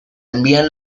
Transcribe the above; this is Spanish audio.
envían